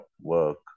work